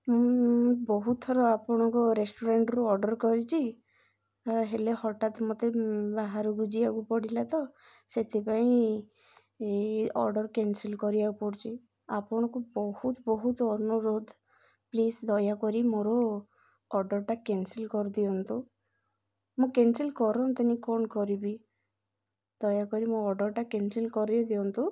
ମୁଁ ବହୁ ଥର ଆପଣଙ୍କ ରେଷ୍ଟୁରାଣ୍ଟରୁ ଅର୍ଡ଼ର୍ କରିଛି ହେଲେ ହଠାତ୍ ମୋତେ ବାହାରକୁୁ ଯିବାକୁ ପଡ଼ିଲା ତ ସେଥିପାଇଁ ଏଇ ଅର୍ଡ଼ର୍ କ୍ୟାନ୍ସଲ୍ କରିବାକୁ ପଡ଼ୁଛି ଆପଣଙ୍କୁ ବହୁତ ବହୁତ ଅନୁରୋଧ ପ୍ଲିଜ୍ ଦୟାକରି ମୋର ଅର୍ଡ଼ର୍ଟା କେନ୍ସଲ୍ କରିଦିଅନ୍ତୁ ମୁଁ କେନ୍ସଲ୍ କରନ୍ତନି କ'ଣ କରିବି ଦୟାକରି ମୋ ଅର୍ଡ଼ରଟା କେନ୍ସଲ୍ କରିଦିଅନ୍ତୁ